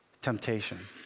Temptation